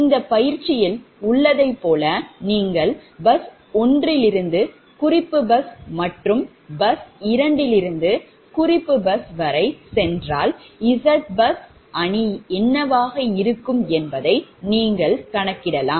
இந்த பயிற்சியில் உள்ளதைப் போல நீங்கள் பஸ் 1 இலிருந்து குறிப்பு பஸ் மற்றும் பஸ் 2 இலிருந்து குறிப்பு பஸ் வரை சென்றால் ZBUS பஸ் அணி என்னவாக இருக்கும் என்பதை நீங்கள் கணக்கிடலாம்